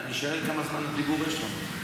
אני שואל כמה זמן דיבור יש לו.